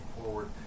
forward